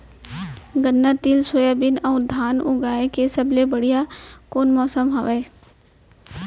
गन्ना, तिल, सोयाबीन अऊ धान उगाए के सबले बढ़िया कोन मौसम हवये?